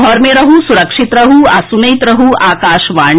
घर मे रहू सुरक्षित रहू आ सुनैत रहू आकाशवाणी